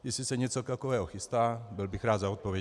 Jestli se něco takového chystá, byl bych rád za odpověď.